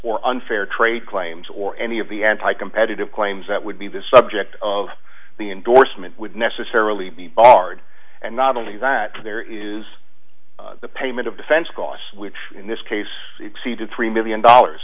or unfair trade claims or any of the anti competitive claims that would be the subject of the endorsement would necessarily be barred and not only that there is the payment of defense costs which in this case exceeded three million dollars